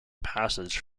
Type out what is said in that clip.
passage